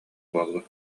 буолла